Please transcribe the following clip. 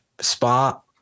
spot